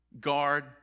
guard